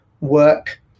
work